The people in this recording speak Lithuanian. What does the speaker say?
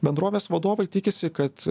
bendrovės vadovai tikisi kad